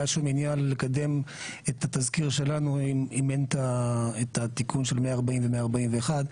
שום עניין לקדם את התזכיר שלנו אם אין את התיקון של 140 ו-141,